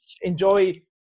enjoy